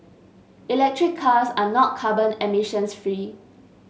electric cars are not carbon emissions free